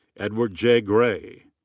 edward j. gray.